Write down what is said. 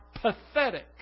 pathetic